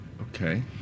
Okay